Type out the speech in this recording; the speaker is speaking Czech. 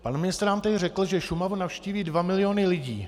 Pan ministr nám tady řekl, že Šumavu navštíví 2 miliony lidí.